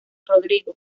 rodrigo